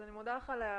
אני מודה לך על ההערה.